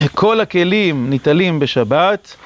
כל הכלים ניטלים בשבת.